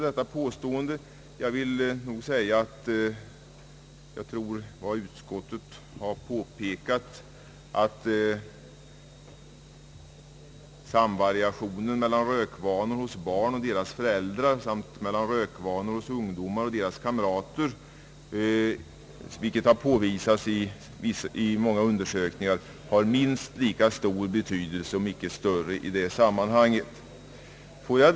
Jag tror för min del att vad utskottet säger om samvariationen mellan rökvanor hos barn och deras föräldrar, liksom hos ungdomar och deras kamrater — ett förhållande som påvisats i många undersökningar — har minst lika stor betydelse i detta sammanhang, om icke större.